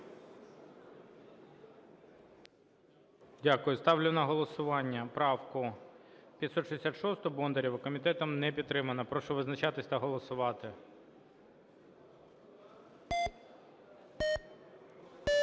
Дякую. Ставлю на голосування правку 566 Бондарєва. Комітетом не підтримана. Прошу визначатись та голосувати.